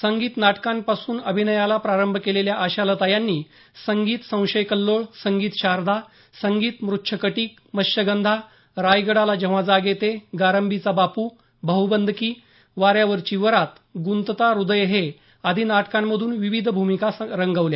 संगीत नाटकांपासून अभिनयाला प्रारंभ केलेल्या आशालता यांनी संगीत संशय कल्लोळ संगीत शारदा संगीत मृच्छकटीक मत्स्यगंधा रायगडाला जेव्हा जाग येते गारंबीचा बापू भाऊबंदकी वाऱ्यावरची वरात गुंतता हृदय हे आदी नाटकांमधून विविध भूमिका रंगवल्या